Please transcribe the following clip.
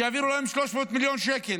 שיעבירו להם 300 מיליון שקל